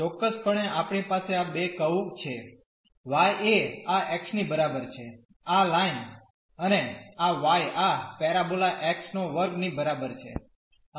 તેથી ચોક્કસપણે આપણી પાસે આ બે કર્વ છે y એ આ x ની બરાબર છે આ લાઇન અને આ y આ પેરાબોલા x2 ની બરાબર છે